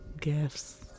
gifts